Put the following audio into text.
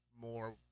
more